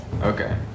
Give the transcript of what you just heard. Okay